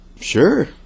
Sure